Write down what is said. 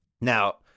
Now